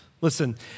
Listen